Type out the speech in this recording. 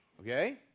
Okay